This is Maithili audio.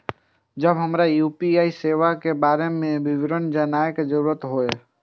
जब हमरा यू.पी.आई सेवा के बारे में विवरण जानय के जरुरत होय?